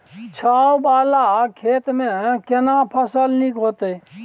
छै ॉंव वाला खेत में केना फसल नीक होयत?